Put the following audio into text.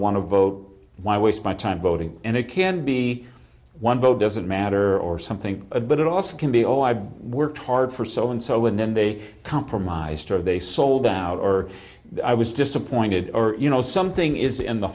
to vote why waste my time voting and it can be one vote doesn't matter or something a but it also can be oh i worked hard for so and so when then they compromised or they sold out or i was disappointed or you know something is in the